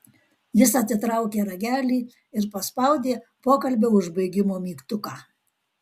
jis atitraukė ragelį ir paspaudė pokalbio užbaigimo mygtuką